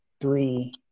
three